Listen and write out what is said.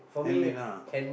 handmade ah